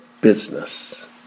business